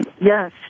Yes